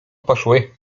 poszły